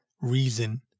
reason